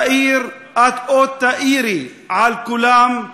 תאיר, את עוד תאירי על כולם.